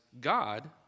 God